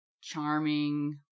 charming